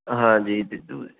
ਹਾਂਜੀ